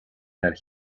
that